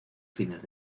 fines